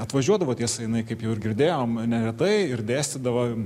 atvažiuodavo tiesa jinai kaip jau girdėjom neretai ir dėstydavo